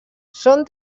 són